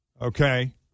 Okay